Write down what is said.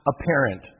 apparent